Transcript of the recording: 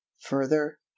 further